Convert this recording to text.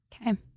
Okay